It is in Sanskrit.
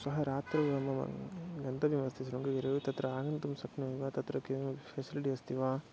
श्वः रात्रेव मम गन्तव्यमस्ति शृङ्गगिरिः तत्र आगन्तुं शक्नोमि वा तत्र किं फ़ेसिलिटि अस्ति वा